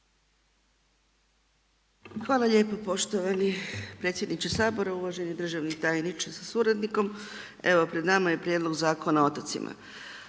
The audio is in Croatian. Hvala lijepo poštovani predsjedniče Sabora, uvaženi državni tajniče sa suradnikom Evo pred nama je Prijedlog Zakona o otocima.